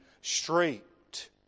straight